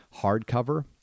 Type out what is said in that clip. hardcover